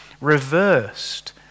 reversed